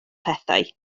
pethau